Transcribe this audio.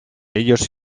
ellos